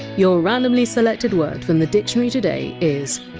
your randomly selected word from the dictionary today is!